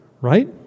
right